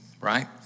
right